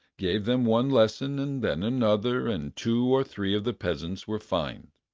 gave them one lesson, and then another, and two or three of the peasants were fined.